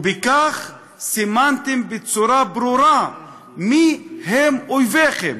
ובכך סימנתם בצורה ברורה מי הם אויביכם,